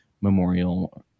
memorial